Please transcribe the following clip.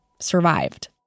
survived